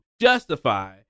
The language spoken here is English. justify